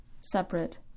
separate